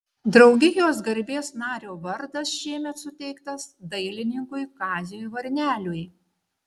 draugijos garbės nario vardas šiemet suteiktas dailininkui kaziui varneliui